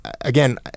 Again